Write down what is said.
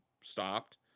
stopped